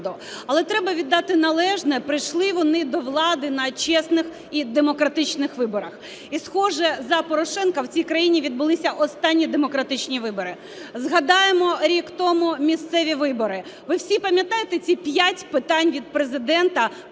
Але треба віддати належне, прийшли вони до влади на чесних і демократичних виборах. І схоже, за Порошенка в цій країні відбулися останні демократичні вибори. Згадаємо, рік тому місцеві вибори. Ви всі пам'ятаєте ці п'ять питань від Президента,